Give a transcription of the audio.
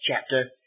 chapter